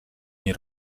nie